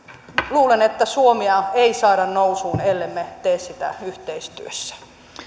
luulen että suomea ei saada nousuun ellemme tee sitä yhteistyössä